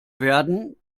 werden